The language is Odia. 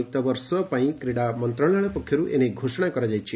ଚଳିତବର୍ଷ ପାଇଁ କ୍ରୀଡା ମନ୍ତଶାଳୟ ପକ୍ଷରୁ ଏ ନେଇ ଘୋଷଣା କରାଯାଇଛି